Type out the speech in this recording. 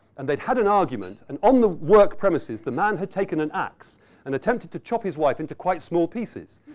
and they'd had an argument and on the work premises, the man had taken an axe and attempted to chop his wife into quite small pieces.